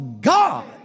God